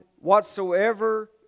whatsoever